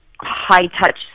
high-touch